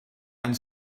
and